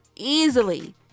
Easily